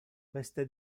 queste